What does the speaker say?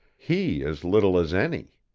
he as little as any.